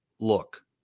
look